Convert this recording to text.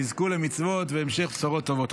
תזכו למצוות והמשך בשורות טובות.